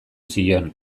zion